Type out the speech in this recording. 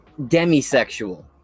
Demisexual